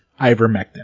ivermectin